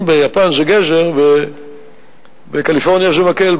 אם ביפן זה גזר, בקליפורניה זה מקל.